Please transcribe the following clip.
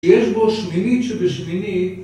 יש בו שמינית שבשמינית